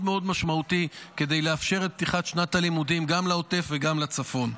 מאוד מאוד משמעותי כדי לאפשר את פתיחת שנת הלימודים גם לעוטף וגם לצפון.